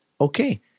okay